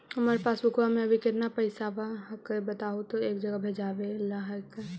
हमार पासबुकवा में अभी कितना पैसावा हक्काई बताहु तो एक जगह भेजेला हक्कई?